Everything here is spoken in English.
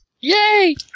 Yay